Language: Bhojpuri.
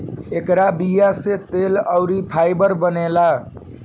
एकरा बीया से तेल अउरी फाइबर बनेला